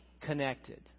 connected